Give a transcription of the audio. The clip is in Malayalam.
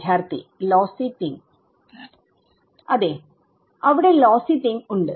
വിദ്യാർത്ഥി ലോസി തിങ്ങ് അതേ അവിടെ ലോസി തിങ്ങ്ഉണ്ട്